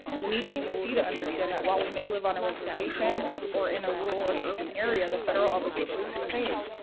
we need cdc to understand that while we may live on a reservation, or in a rural and urban area, the federal obligation is the same.